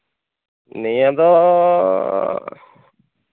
ᱱᱤᱭᱟᱹ ᱫᱚ